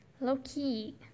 low-key